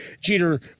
Jeter